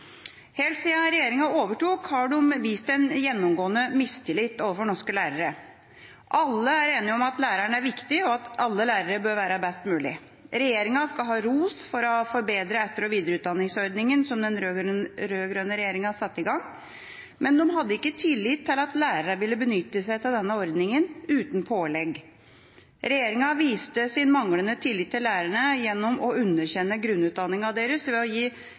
Helt siden regjeringa overtok, har de vist en gjennomgående mistillit overfor norske lærere. Alle er enige om at lærerne er viktige, og at alle lærere bør være best mulig. Regjeringa skal ha ros for å ha forbedret etter- og videreutdanningsordningen, som den rød-grønne regjeringa satte i gang, men de hadde ikke tillit til at lærerne ville benytte seg av denne ordningen uten pålegg. Regjeringa viste sin manglende tillit til lærerne gjennom å underkjenne grunnutdanningen deres ved å gi